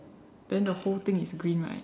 then the whole thing is green right